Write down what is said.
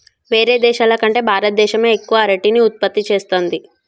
వేరే దేశాల కంటే భారత దేశమే ఎక్కువ అరటిని ఉత్పత్తి చేస్తంది